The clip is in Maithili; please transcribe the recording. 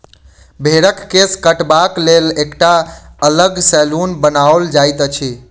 भेंड़क केश काटबाक लेल एकटा अलग सैलून बनाओल जाइत अछि